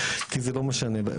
כי זה לא משנה,